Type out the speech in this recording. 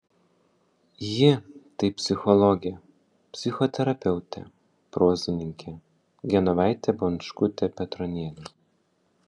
ji tai psichologė psichoterapeutė prozininkė genovaitė bončkutė petronienė